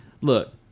look